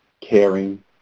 caring